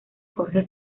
jorge